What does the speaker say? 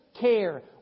care